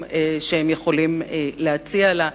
והאינטלקטואלי העצום שהם יכולים להציע לה.